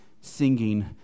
singing